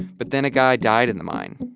but then a guy died in the mine,